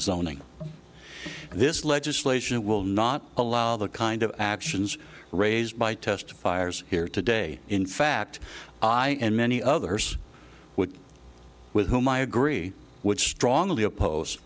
zoning this legislation will not allow the kind of actions raised by testifiers here today in fact i and many others would with whom i agree would strongly oppose